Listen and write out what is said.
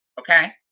Okay